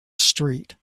street